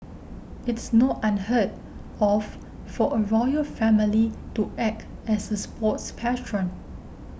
it's not unheard of for a royal family to act as a sports patron